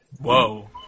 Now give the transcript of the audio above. Whoa